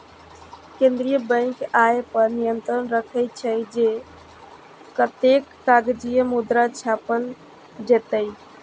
केंद्रीय बैंक अय पर नियंत्रण राखै छै, जे कतेक कागजी मुद्रा छापल जेतै